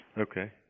Okay